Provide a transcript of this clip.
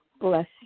bless